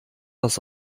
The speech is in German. das